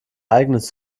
eigenes